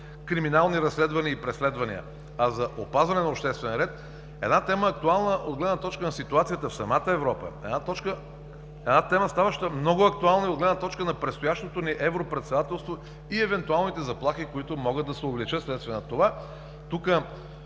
криминални разследвания и преследвания, а за опазване на обществения ред, една тема, актуална от гледна точка на ситуацията в самата Европа, една тема, ставаща много актуална и от гледна точка на предстоящото ни европредседателство и евентуалните заплахи, които могат да се увеличат в следствие на това. Тук,